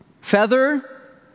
Feather